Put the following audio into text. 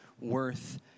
worth